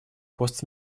пост